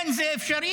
כן, זה אפשרי,